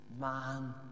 man